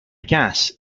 gas